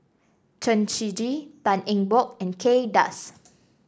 Chen Shiji Tan Eng Bock and Kay Das